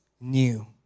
new